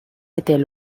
étaient